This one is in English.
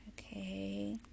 Okay